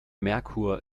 merkur